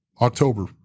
October